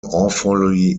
awfully